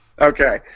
Okay